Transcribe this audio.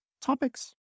topics